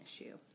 issue